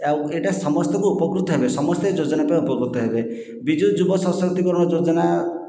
ଆଉ ଏଇଟା ସମସ୍ତଙ୍କୁ ଉପକୃତ ହେବେ ସମସ୍ତେ ଯୋଜନା ପାଇଁ ଉପକୃତ ହେବେ ବିଜୁ ଯୁବ ସଶକ୍ତି କରଣ ଯୋଜନା